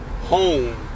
home